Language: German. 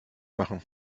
machen